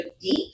deep